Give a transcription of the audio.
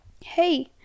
Hey